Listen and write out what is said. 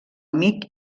amic